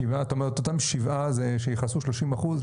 שבעה, אתה אומר אותם שבעה שיכסו שלושים אחוז.